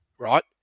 right